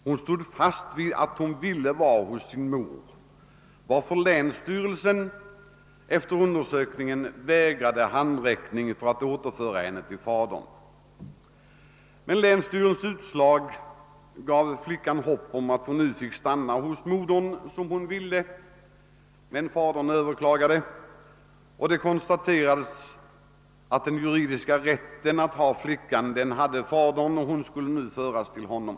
Hon stod fast vid att hon ville vara hos sin mor, varför länsstyrelsen efter undersökningen vägrade handräckning för att återföra henne till fadern. Länsstyrelsens utslag gav flickan hopp om att hon nu skulle få stanna hos modern som hon ville, men fadern överklagade, och det konstaterades, att den juridiska rätten att ha flickan ha de fadern, och hon skulle nu föras till honom.